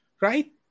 Right